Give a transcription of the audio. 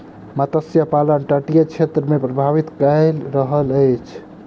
मत्स्य पालन तटीय क्षेत्र के प्रभावित कय रहल अछि